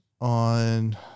on